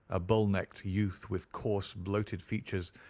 a bull-necked youth with coarse bloated features,